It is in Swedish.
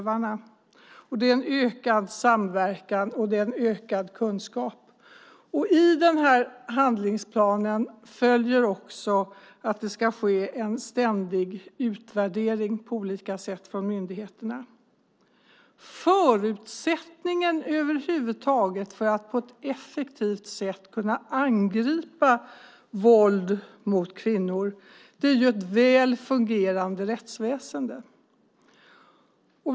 Det innebär en ökad samverkan och en ökad kunskap. Av handlingsplanen följer också att det ska ske en ständig utvärdering på olika sätt på myndigheterna. Förutsättningen för att på ett effektivt sätt angripa våld mot kvinnor är ett väl fungerande rättsväsen.